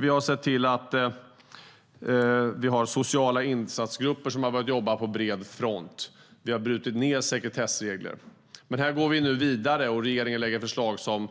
Vi har sett till att sociala insatsgrupper har börjat jobba på fred front. Vi har brutit ned sekretessregler. Nu går vi vidare, och regeringen har lagt fram förslag som